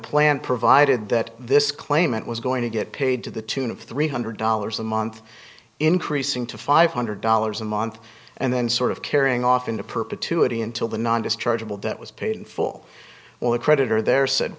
plan provided that this claimant was going to get paid to the tune of three hundred dollars a month increasing to five hundred dollars a month and then sort of carrying off into perpetuity until the non dischargeable debt was paid in full well the creditor there said